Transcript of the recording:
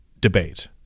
debate